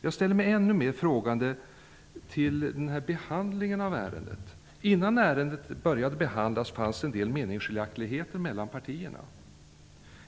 Jag ställer mig ännu mer frågande till behandlingen av ärendet. Innan ärendet började behandlas fanns det en del meningsskiljaktigheter mellan partierna.